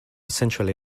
centrally